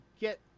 get